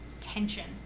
tension